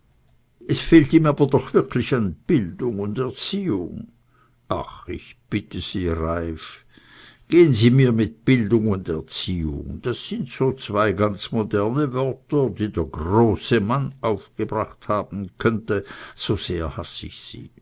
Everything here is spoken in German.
es fehlt ihm aber doch wirklich an bildung und erziehung ach ich bitte sie reiff gehen sie mir mit bildung und erziehung das sind so zwei ganz moderne wörter die der große mann aufgebracht haben könnte so sehr hass ich sie